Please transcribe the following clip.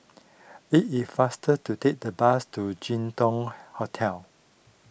it if faster to take the bus to Jin Dong Hotel